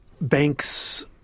banks